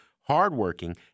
hardworking